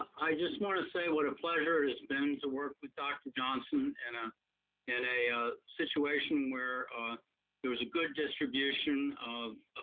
i just wanna say what a pleasure it has been to work with dr. johnson and ah in a a situation where there was a good distribution of,